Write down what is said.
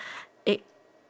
egg